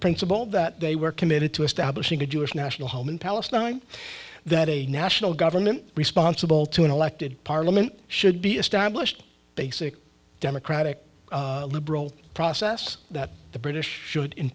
principle that they were committed to establishing a jewish national home in palestine that a national government responsible to an elected parliament should be established basic democratic liberal process that the british should in